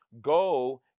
go